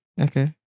Okay